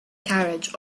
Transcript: carriage